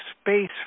space